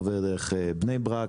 עובר דרך בני ברק,